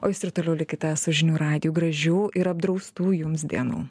o jūs ir toliau likite su žinių radiju gražių ir apdraustų jums dienų